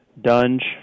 Dunge